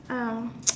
um